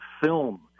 film